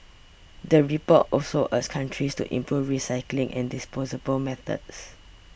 the report also countries to improve recycling and disposable methods